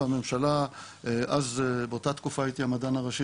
והממשלה אז באותה תקופה הייתי המדען הראשי